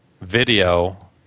video